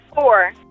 four